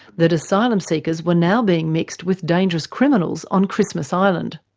that asylum seekers were now being mixed with dangerous criminals on christmas island.